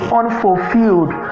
unfulfilled